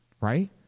right